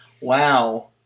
wow